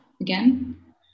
again